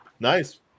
Nice